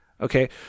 okay